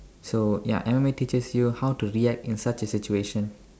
so ya M_M_A teaches you how to react in such a situation